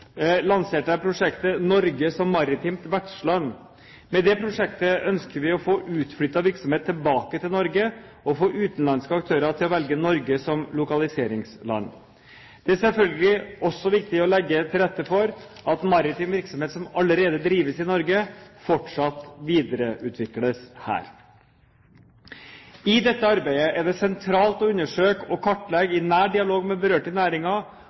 lanserte jeg prosjektet «Norge som maritimt vertsland». Med det prosjektet ønsker vi å få utflyttet virksomhet tilbake til Norge og å få utenlandske aktører til å velge Norge som lokaliseringsland. Det er selvfølgelig også viktig å legge til rette for at maritim virksomhet som allerede drives i Norge, fortsatt videreutvikles her. I dette arbeidet er det sentralt å undersøke og kartlegge i nær dialog med berørte